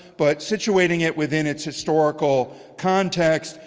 but situating it within its historical context,